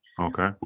Okay